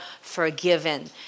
forgiven